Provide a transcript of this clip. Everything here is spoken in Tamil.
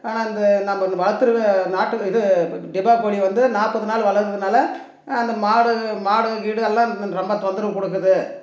ஆனால் இந்த நம்ம இந்த வளத்துற நாட்டு இது டிபா கோழி வந்து நாற்பது நாள் வளர்றதுனால அந்த மாடு மாடு கீடு எல்லாம் ரொம்ப தொந்தரவு கொடுக்குது